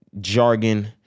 jargon